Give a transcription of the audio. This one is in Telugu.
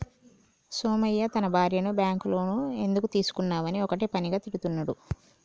సోమయ్య తన భార్యను బ్యాంకు లోను ఎందుకు తీసుకున్నవని ఒక్కటే పనిగా తిడుతున్నడు